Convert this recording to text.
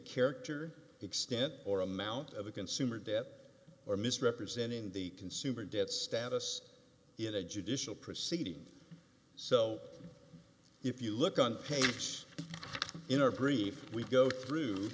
character extent or amount of a consumer debt or misrepresenting the consumer debt status in a judicial proceeding so if you look on page in our brief we go through